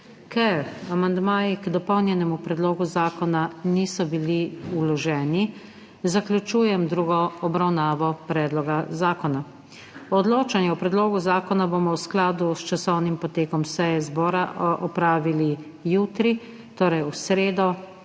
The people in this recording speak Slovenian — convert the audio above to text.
Ker amandmaji k dopolnjenemu predlogu zakona niso bili vloženi, zaključujem drugo obravnavo predloga zakona. Odločanje o predlogu zakona bomo v skladu s časovnim potekom seje zbora opravili jutri, torej v sredo,